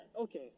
Okay